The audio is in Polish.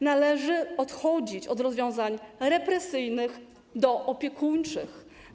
Należy przechodzić od rozwiązań represyjnych do opiekuńczych.